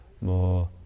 more